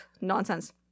nonsense